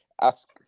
ask